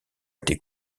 été